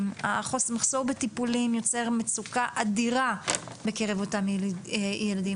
מחסור בטיפולים יוצר מצוקה אדירה בקרב אותם ילדים,